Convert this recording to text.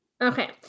Okay